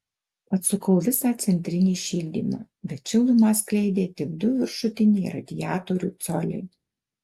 atsukau visą centrinį šildymą bet šilumą skleidė tik du viršutiniai radiatorių coliai